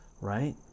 right